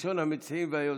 היוזם, ראשון המציעים והיוזם.